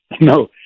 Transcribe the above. No